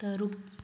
ꯇꯔꯨꯛ